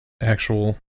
actual